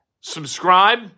Subscribe